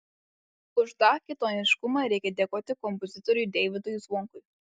už tą kitoniškumą reikia dėkoti kompozitoriui deividui zvonkui